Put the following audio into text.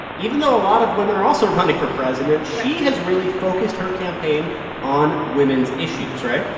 even though a lot of women are also running for president, she has really focused her campaign on women's issues, right?